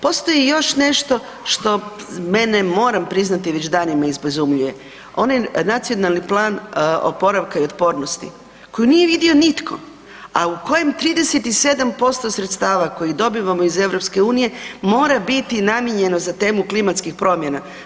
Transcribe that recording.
Postoji još nešto što mene moram priznati već danima izbezumljuje, onaj Nacionalni plan oporavka i otpornosti koji nije vidio nitko, a u kojem 37% sredstava koje dobivamo iz EU mora biti namijenjeno za temu klimatskih promjena.